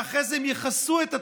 ואחרי זה יכסו את עצמם,